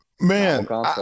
man